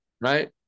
right